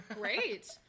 Great